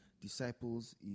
disciples